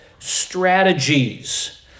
strategies